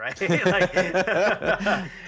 right